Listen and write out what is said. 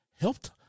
helped